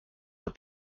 but